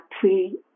three